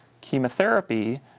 Chemotherapy